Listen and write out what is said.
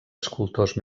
escultors